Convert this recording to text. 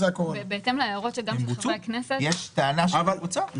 הוא אומר שאנחנו מצלמים מצב של מצבת נכסים בחודש מסוים,